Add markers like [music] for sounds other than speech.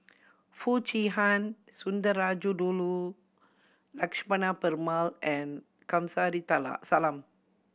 Foo Chee Han Sundarajulu Lakshmana Perumal and Kamsari [unintelligible] Salam